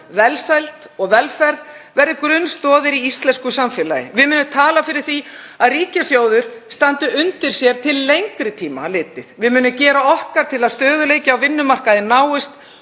velsæld og velferð verði grunnstoðir í íslensku samfélagi. Við munum tala fyrir því að ríkissjóður standi undir sér til lengri tíma litið. Við munum gera okkar til að stöðugleiki á vinnumarkaði náist